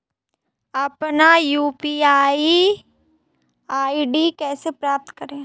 अपना UPI ID कैसे प्राप्त करें?